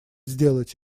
сделать